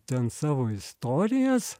ten savo istorijas